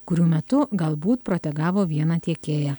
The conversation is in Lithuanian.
kurių metu galbūt protegavo vieną tiekėją